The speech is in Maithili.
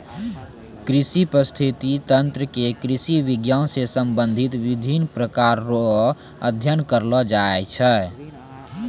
कृषि परिस्थितिकी तंत्र मे कृषि विज्ञान से संबंधित विभिन्न प्रकार रो अध्ययन करलो जाय छै